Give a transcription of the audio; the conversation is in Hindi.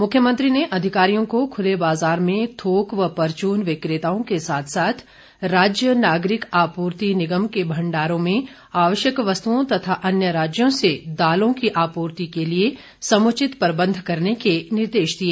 मुख्यमंत्री ने अधिकारियों को खुले बाज़ार में थोक व परचून विक्रेताओं के साथ साथ राज्य नागरिक आपूर्ति निगम के भंडारों में आवश्यक वस्तुओं तथा अन्य राज्यों से दालों की आपूर्ति के लिए समुचित प्रबंध करने के निर्देश दिए